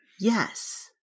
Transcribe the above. Yes